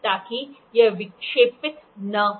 ताकि यह विक्षेपित न हो